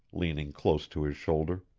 leaning close to his shoulder.